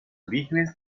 orígenes